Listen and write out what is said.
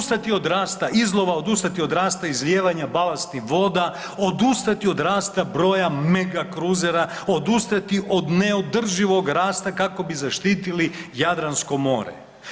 Odustati od rasta izlova, odustati od rasta izlijevanja balastnih voda, odustati od rasta broja mega kruzera, odustati od neodrživog rasta kako bi zaštitili Jadransko more.